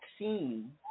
vaccine